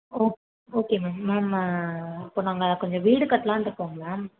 okay okay ma'am ma'am ம இப்போ நாங்கள் கொஞ்சம் வீடு கட்டலாம்ட்ணுருக்கோங்க மேம்